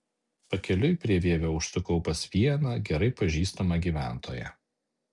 pakeliui prie vievio užsukau pas vieną gerai pažįstamą gyventoją